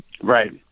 Right